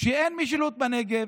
שאין משילות בנגב,